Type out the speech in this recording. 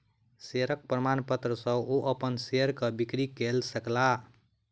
शेयरक प्रमाणपत्र सॅ ओ अपन शेयर के बिक्री कय सकला